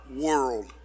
world